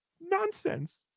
nonsense